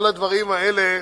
כל הדברים האלה,